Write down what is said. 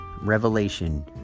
Revelation